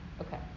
Okay